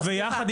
סליחה,